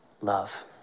love